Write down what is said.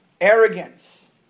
arrogance